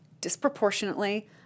disproportionately